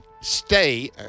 stay